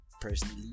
personally